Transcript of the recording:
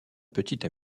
petite